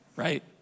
right